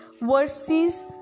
verses